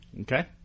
Okay